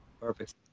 Perfect